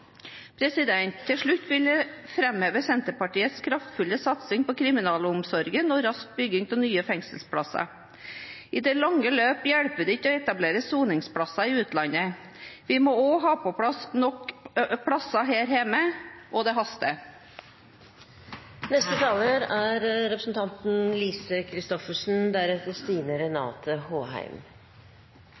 til slutt framheve Senterpartiets kraftfulle satsing på kriminalomsorgen og rask bygging av nye fengselsplasser. I det lange løp hjelper det ikke å etablere soningsplasser i utlandet, vi må også ha nok plasser her hjemme – og det haster.